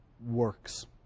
works